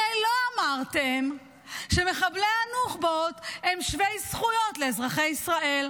הרי לא אמרתם שמחבלי הנוח'בות הם שווי זכויות לאזרחי ישראל,